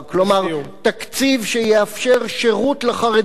כלומר תקציב שיאפשר שירות לחרדים,